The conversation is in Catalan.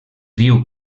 diu